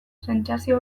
sentsazio